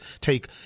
take